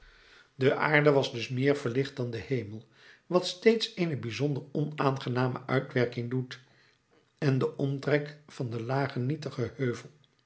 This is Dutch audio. de aarde was dus meer verlicht dan de hemel wat steeds eene bijzonder onaangename uitwerking doet en de omtrek van den lagen nietigen heuvel